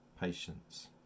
patience